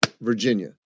Virginia